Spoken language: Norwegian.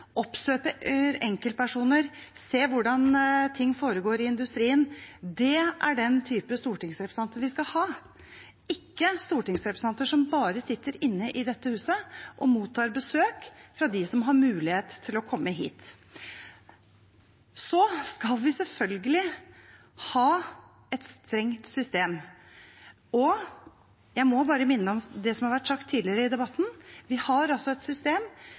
enkeltpersoner, ser hvordan ting foregår i industrien – er den type stortingsrepresentanter vi skal ha. Vi skal ikke ha stortingsrepresentanter som bare sitter inne i dette huset og mottar besøk fra dem som har mulighet til å komme hit. Vi skal selvfølgelig ha et strengt system. Jeg må bare minne om det som har vært sagt tidligere i debatten: Vi har et system